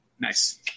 Nice